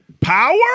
power